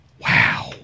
Wow